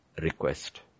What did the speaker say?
request